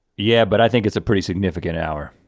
yeah, but i think it's a pretty significant hour.